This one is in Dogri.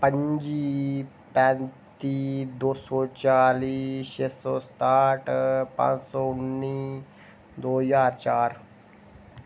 पंजी पैंत्ती दो सो चाली छै सौ सताह्ठ पंज सौ उन्नी दो ज्हार चार